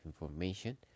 information